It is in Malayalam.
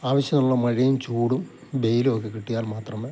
ആവശ്യമുള്ള മഴയും ചൂടും വെയിലുമൊക്കെ കിട്ടിയാൽ മാത്രമേ